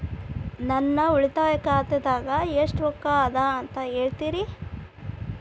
ನನ್ನ ಉಳಿತಾಯ ಖಾತಾದಾಗ ಎಷ್ಟ ರೊಕ್ಕ ಅದ ಅಂತ ಹೇಳ್ತೇರಿ?